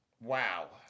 wow